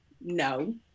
no